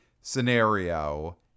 scenario